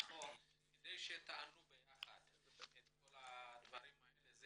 כדי שתענו ביחד את כל הדברים האלה,